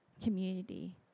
community